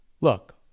look